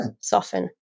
soften